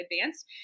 advanced